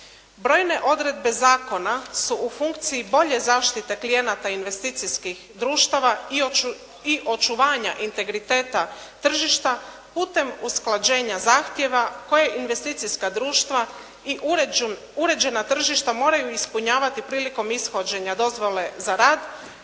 Brojne odredbe zakona su u funkciji bolje zaštite klijenata investicijskih društava i očuvanja integriteta tržišta putem usklađenja zahtjeva koje investicijska društva i uređena tržišta moraju ispunjavati prilikom ishođenja dozvole za rad